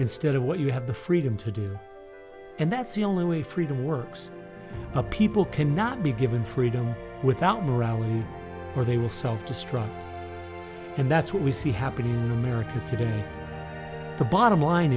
instead of what you have the freedom to do and that's the only way freedom works a people cannot be given freedom without morality or they will self destruct and that's what we see happening merican today the bottom line